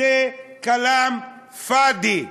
זה כלאם פאדי.